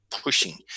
pushing